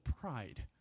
pride